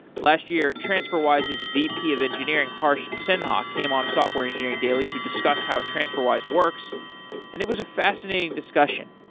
last year, transferwise's vp of engineering, harsh sinha, came on software engineering daily to discuss how transferwise works and it was a fascinating discussion.